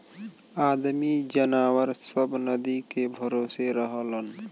आदमी जनावर सब नदी के भरोसे रहलन